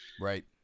right